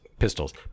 pistols